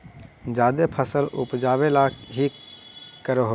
जादे फसल उपजाबे ले की कर हो?